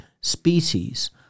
species